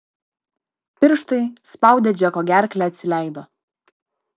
pirštai spaudę džeko gerklę atsileido